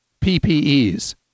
PPEs